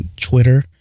twitter